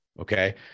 okay